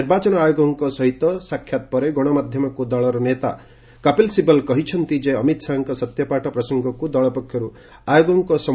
ନିର୍ବାଚନ ଆୟୋଗକଙ୍କ ସହିତ ସାକ୍ଷାତ ପରେ ଗଣମାଧ୍ୟମକୁ ଦଳର ନେତା କପିଲ ସିବଲ କହିଛନ୍ତି ଯେ ଅମିତ ଶାହାଙ୍କ ସତ୍ୟପାଠ ପ୍ରସଙ୍ଗକୁ ଦଳ ପକ୍ଷରୁ ଆୟୋଗଙ୍କ ସମ୍ମୁଖରେ ଉପସ୍ଥାପିତ କରାଯାଇଛି